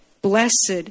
Blessed